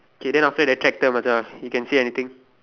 K then after that tractor Macha you can see anything